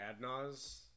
Adnaz